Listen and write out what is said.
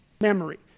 Memory